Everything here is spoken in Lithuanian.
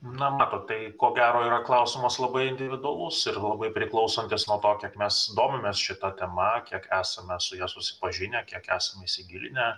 na matot tai ko gero yra klausimas labai individualus ir labai priklauso nuo to kiek mes domimės šita tema kiek esame su ja susipažinę kiek esame įsigilinę